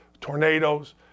tornadoes